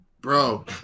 bro